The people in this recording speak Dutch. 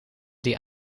die